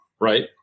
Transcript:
right